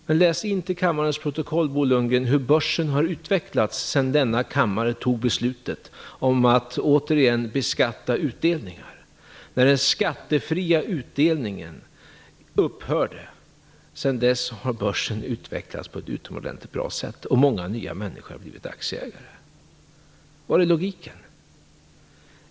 Men läs in till kammarens protokoll, Bo Lundgren, hur börsen har utvecklats sedan denna kammare fattade beslutet om att återigen beskatta utdelningar och den skattefria utdelningen upphörde. Sedan dess har börsen utvecklats på ett utomordentligt bra sätt, och många människor har blivit nya aktieägare. Var är logiken?